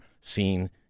seen